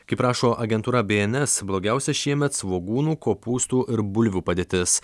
kaip rašo agentūra bns blogiausia šiemet svogūnų kopūstų ir bulvių padėtis